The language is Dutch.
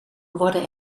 worden